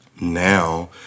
now